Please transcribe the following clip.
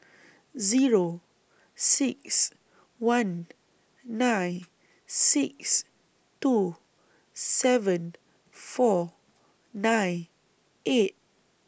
Zero six one nine six two seven four nine eight